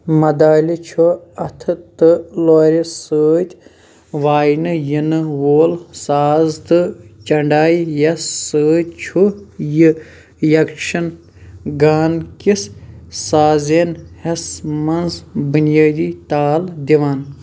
مدالے چھُ اَتھہٕ تہٕ لورِ سۭتۍ واینہٕ یِنہٕ وول سازٕ تہٕ چنڈاے یس سۭتۍ چھُ یہِ یَکشن گان كِس سازینہ ہس منٛز بُنیٲدی تال دِوان